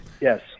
yes